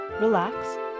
relax